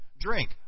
drink